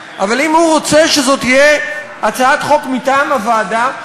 אבל אם הוא רוצה שזאת תהיה הצעת חוק מטעם הוועדה,